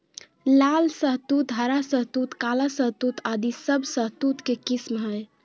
लाल शहतूत, हरा शहतूत, काला शहतूत आदि सब शहतूत के किस्म हय